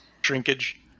shrinkage